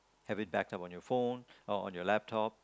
have it backed on your phone or on your laptop